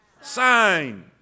sign